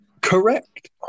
Correct